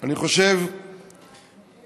אני חושב שהבחירות,